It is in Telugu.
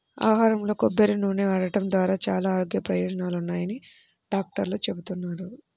ఆహారంలో కొబ్బరి నూనె వాడటం ద్వారా చాలా ఆరోగ్య ప్రయోజనాలున్నాయని డాక్టర్లు చెబుతున్నారు